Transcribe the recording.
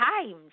times